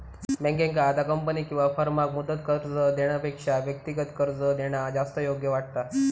बँकेंका आता कंपनी किंवा फर्माक मुदत कर्ज देण्यापेक्षा व्यक्तिगत कर्ज देणा जास्त योग्य वाटता